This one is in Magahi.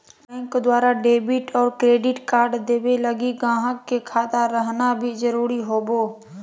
बैंक द्वारा डेबिट और क्रेडिट कार्ड देवे लगी गाहक के खाता रहना भी जरूरी होवो